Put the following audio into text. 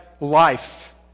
life